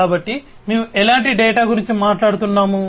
కాబట్టి మేము ఎలాంటి డేటా గురించి మాట్లాడుతున్నాము